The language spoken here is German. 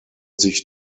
sich